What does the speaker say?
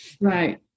Right